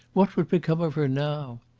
what would become of her now?